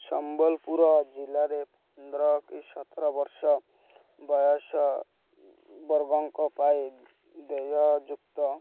ସମ୍ବଲପୁର ଜିଲ୍ଲାରେ ପନ୍ଦର ସତର ବର୍ଷ ବୟସ ବର୍ଗଙ୍କ ପାଇଁ ଦେୟଯୁକ୍ତ